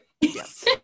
Yes